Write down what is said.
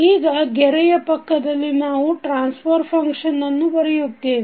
ಈಗ ಗೆರೆಯ ಪಕ್ಕದಲ್ಲಿ ನಾವು ಟ್ರಾನ್ಸ್ಫರ್ ಫಂಕ್ಷನ್ ಅನ್ನು ಬರೆಯುತ್ತೇವೆ